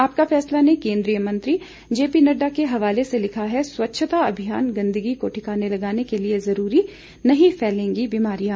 आपका फैसला ने केंद्रीय मंत्री जे पी नडडा के हवाले से लिखा है स्वच्छता अभियान गंदगी को ठिकाने लगाने के लिए जरूरी नहीं फैलेंगी बीमारियां